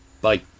bye